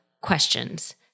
questions